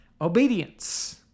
Obedience